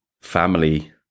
family